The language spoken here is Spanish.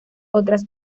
otras